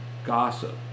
Gossip